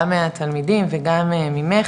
גם מהתלמידים וגם ממך,